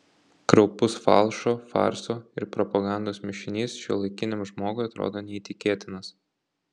kraupus falšo farso ir propagandos mišinys šiuolaikiniam žmogui atrodo neįtikėtinas